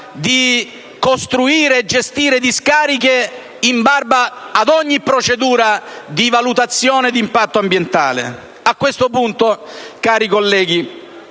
di costruire e gestire discariche in barba ad ogni procedura di valutazione d'impatto ambientale. A questo punto, cari colleghi,